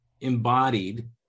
embodied